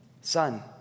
Son